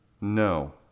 No